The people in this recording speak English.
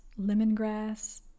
lemongrass